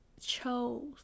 chose